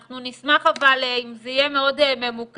אנחנו נשמח אם זה יהיה מאוד ממוקד,